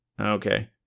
Okay